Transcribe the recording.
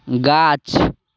गाछ